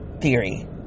theory